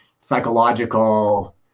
psychological